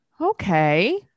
Okay